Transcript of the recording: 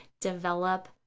develop